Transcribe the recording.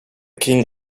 king